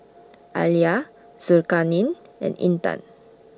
Alya Zulkarnain and Intan